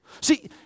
See